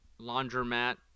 laundromat